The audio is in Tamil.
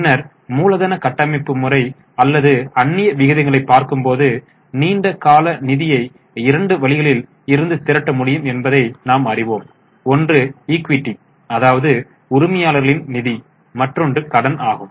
பின்னர் மூலதன கட்டமைப்பு முறை அல்லது அந்நிய விகிதங்களை பார்க்கும்போது நீண்ட கால நிதியை இரண்டு வழிகளில் இருந்து திரட்ட முடியும் என்பதை நாம் அறிவோம் ஒன்று ஈக்விட்டி அதாவது உரிமையாளர்கள் நிதி மற்றொன்று கடன் ஆகும்